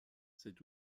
cet